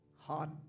hot